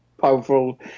powerful